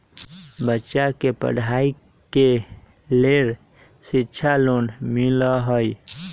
बच्चा के पढ़ाई के लेर शिक्षा लोन मिलहई?